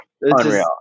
Unreal